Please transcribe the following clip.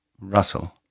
Russell